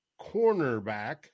cornerback